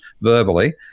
verbally